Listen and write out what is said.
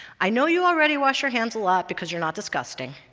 i know you already wash your hands a lot because you're not disgusting.